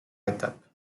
étapes